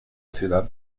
ciudad